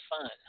fun